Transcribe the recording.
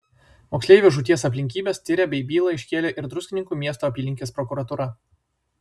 moksleivio žūties aplinkybes tiria bei bylą iškėlė ir druskininkų miesto apylinkės prokuratūra